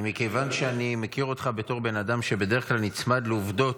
מכיוון שאני מכיר אותך בתור בן אדם שבדרך כלל נצמד לעובדות,